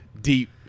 deep